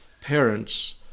parents